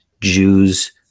Jews